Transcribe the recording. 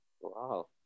Wow